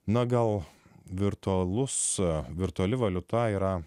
na gal virtualus virtuali valiuta yra